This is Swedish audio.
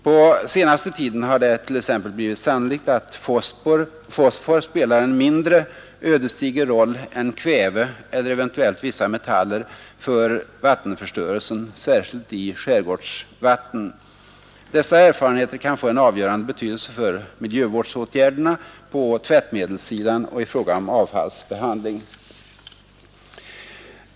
På senaste tiden har det t.ex. blivit sannolikt att fosfor spelar en mindre ödesdiger roll än kväve och 39 eventuellt vissa metaller för vattenförstörelsen, särskilt i skärgårdsvatten. Dessa erfarenheter kan få en avgörande betydelse för miljövårdsåtgärderna på tvättmedelssidan och i fråga om avfallsbehandling.